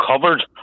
covered